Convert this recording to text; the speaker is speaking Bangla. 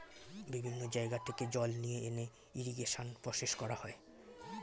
বিভিন্ন জায়গা থেকে জল নিয়ে এনে ইরিগেশন প্রসেস করা হয়